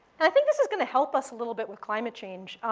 i think this is going to help us a little bit with climate change.